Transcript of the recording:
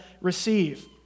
receive